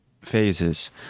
phases